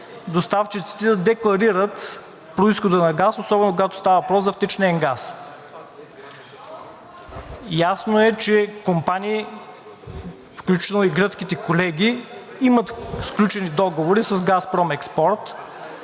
доставчиците да декларират произхода на газа, особено когато става въпрос за втечнен газ. Ясно е, че компании, включително и гръцките колеги, имат сключени договори с „Газпром Експорт“